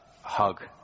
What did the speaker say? hug